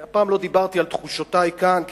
הפעם לא דיברתי על תחושותי כאן כחילוני,